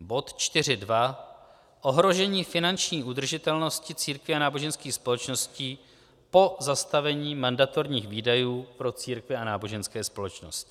Bod 4.2 Ohrožení finanční udržitelnosti církví a náboženských společností po zastavení mandatorních výdajů pro církve a náboženské společnosti.